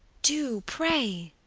do, pray.